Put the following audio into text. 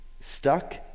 stuck